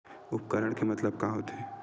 उपकरण के मतलब का होथे?